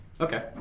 Okay